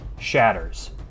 shatters